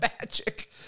Magic